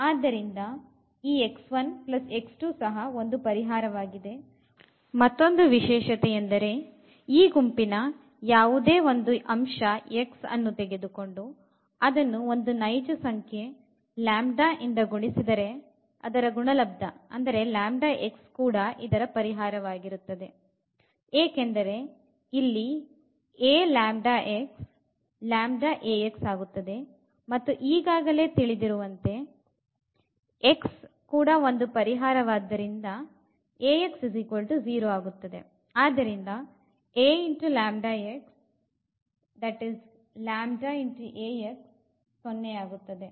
ಆದ್ದರಿಂದ ಈ ಸಹ ಒಂದು ಪರಿಹಾರವಾಗಿದೆ ಮತ್ತೊಂದು ವಿಶೇಷತೆಯೆಂದರೆ ಈ ಗುಂಪಿನ ಯಾವುದೇ ಅಂಶ ಅನ್ನು ತೆಗೆದುಕೊಂಡು ಅದನ್ನು ಒಂದು ನೈಜ ಸಂಖ್ಯೆ ಯಿಂದ ಗುಣಿಸಿದರೆ ಅದರ ಗುಣಲಬ್ದ ಅಂದರೆ x ಕೂಡ ಇದರ ಪರಿಹಾರ ವಾಗಿರುತ್ತದೆ ಏಕೆಂದರೆ ಇಲ್ಲಿ Ax ಆಗುತ್ತದೆ ಮತ್ತು ಈಗಾಗಲೇ ತಿಳಿದಿರುವಂತೆ x ಒಂದು ಪರಿಹಾರ ಆದ್ದರಿಂದ Ax 0 ಆಗುತ್ತದೆ ಆದ್ದರಿಂದ Ax Ax 0 ಆಗುತ್ತದೆ